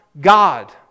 God